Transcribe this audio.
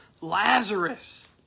Lazarus